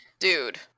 dude